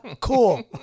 Cool